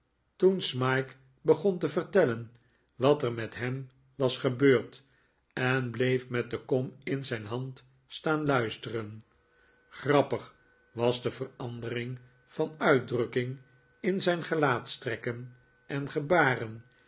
toen smike begon te vertellen wat er met hem was gebeurd en bleef met de kom in zijn hand staan luisteren grappig was de verandering van uitdrukking in zijn gelaatstrekken en gebaren